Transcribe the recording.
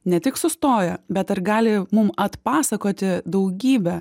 ne tik sustoja bet ir gali mum atpasakoti daugybę